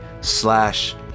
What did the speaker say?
slash